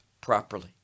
properly